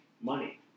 money